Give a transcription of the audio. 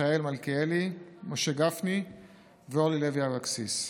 מיכאל מלכיאלי, משה גפני ואורלי לוי אבקסיס.